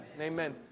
Amen